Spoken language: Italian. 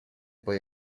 poi